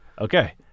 Okay